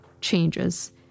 changes